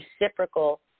reciprocal